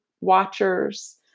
watchers